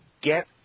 get